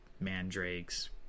Mandrakes